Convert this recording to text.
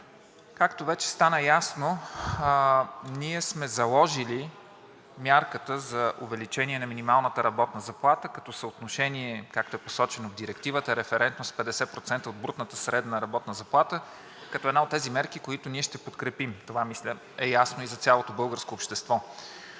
Както вече стана ясно, ние сме заложили мярката за увеличение на минималната работна заплата като съотношение, както е посочено в Директивата – референтност 50% от брутната средна работна заплата, като една от тези мерки, които ние ще подкрепим. Това, мисля, е ясно и за цялото българско общество.